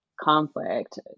conflict